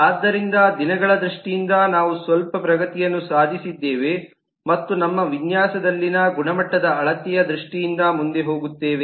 ಆದ್ದರಿಂದ ದಿನಗಳ ದೃಷ್ಟಿಯಿಂದ ನಾವು ಸ್ವಲ್ಪ ಪ್ರಗತಿಯನ್ನು ಸಾಧಿಸಿದ್ದೇವೆ ಮತ್ತು ನಮ್ಮ ವಿನ್ಯಾಸದಲ್ಲಿನ ಗುಣಮಟ್ಟದ ಅಳತೆಯ ದೃಷ್ಟಿಯಿಂದ ಮುಂದೆ ಹೋಗುತ್ತೇವೆ